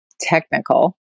technical